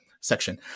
section